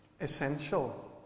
essential